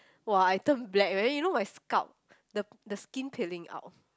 !wah! I turned black man you know my scalp the the skin peeling out